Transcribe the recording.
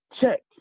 check